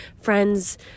Friends